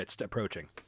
approaching